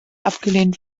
abgelehnt